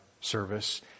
service